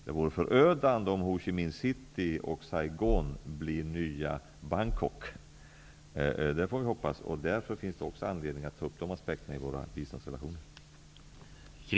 Det vore förödande om Ho Chi Minh City och Saigon blir nya Bangkok. Det finns anledning att också ta upp dessa aspekter i våra biståndsrelationer.